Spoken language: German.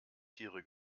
tiere